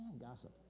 gossip